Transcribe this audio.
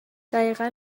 دقیقا